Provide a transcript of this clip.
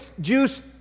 juice